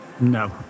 No